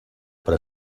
per